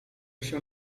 się